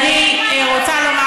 אני רוצה לומר